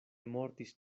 mortis